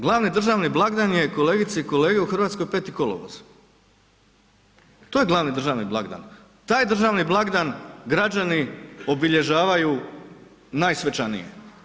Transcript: Glavni državni blagdan je kolegice i kolege u Hrvatskoj 5. kolovoz, to je glavni državni blagdan, taj državni blagdan građani obilježavaju najsvečanije.